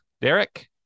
Derek